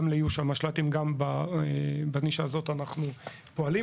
לאיוש המשל"טים אנחנו מייעדים מקומות לחברה הערבית.